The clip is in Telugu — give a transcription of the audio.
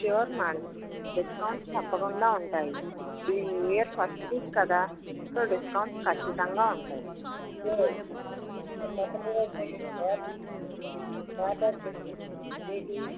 షూర్ మేడం డిస్కౌంట్స్ తప్పకుండా ఉంటాయి ఇది న్యూ ఇయర్ ఫస్ట్ వీక్ కదా సో డిస్కౌంట్స్ ఖచ్చితంగా ఉంటాయి ఎస్ బట్టర్స్కాచ్ స్టాటర్స్ వెనీ